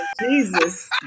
Jesus